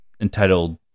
entitled